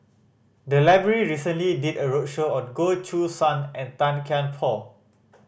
the library recently did a roadshow on Goh Choo San and Tan Kian Por